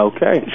Okay